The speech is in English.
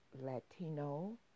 Latino